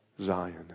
zion